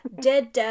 dead